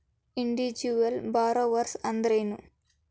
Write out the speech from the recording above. Individual borrowers ಅಂದ್ರೇನು?